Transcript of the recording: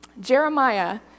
Jeremiah